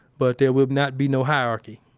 but there will not be no hierarchy.